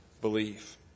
belief